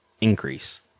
increase